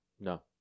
No